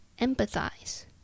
Empathize